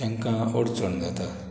तांकां ओडचण जाता